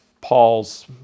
Paul's